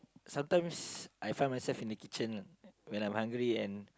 sometimes I find myself in the kitchen when I'm hungry and